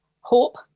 hope